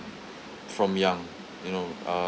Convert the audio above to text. from young you know uh